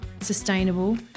sustainable